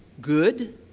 good